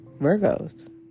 Virgos